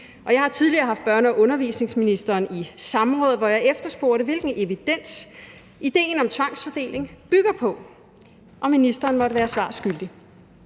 Jeg har tidligere haft børne- og undervisningsministeren i samråd, hvor jeg har efterspurgt, hvilken evidens idéen om tvangsfordeling bygger på, og ministeren måtte være svar skyldig.